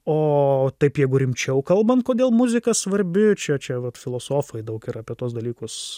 o taip jeigu rimčiau kalbant kodėl muzika svarbi čia čia vat filosofai daug ir apie tuos dalykus